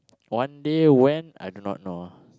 one day when I do not know